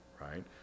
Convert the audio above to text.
right